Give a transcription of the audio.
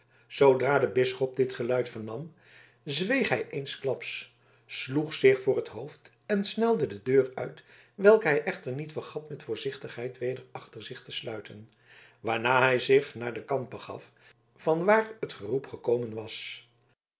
zoodra de bisschop dit geluid vernam zweeg hij eensklaps sloeg zich voor t hoofd en snelde de deur uit welke hij echter niet vergat met voorzichtigheid weder achter zich te sluiten waarna hij zich naar den kant begaf van waar het geroep gekomen was